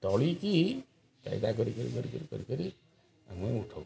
ତଳିକି କାଇଦା କରି କରି କରି କରି କରି ଆମେ ଉଠାଉ